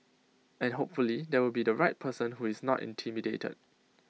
and hopefully there will be the right person who is not intimidated